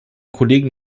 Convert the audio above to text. kollegen